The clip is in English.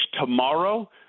tomorrow